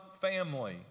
family